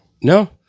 No